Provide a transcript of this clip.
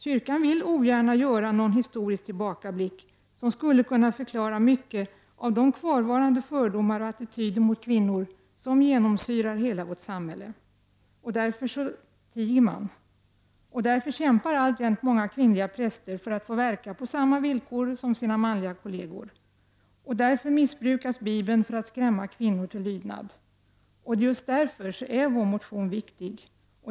Kyrkan vill ogärna göra någon historisk tillbakablick, som skulle kunna förklara mycket av de kvarvarande fördomar och attityder mot kvinnor som genomsyrar hela vårt samhälle. Därför tiger man. Därför kämpar alltjämt många kvinnliga präster för att få verka på samma villkor som sina manliga kolleger. Därför missbrukas Bibeln för att skrämma kvinnor till lydnad. Och det är just därför som vår motion är viktig.